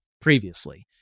previously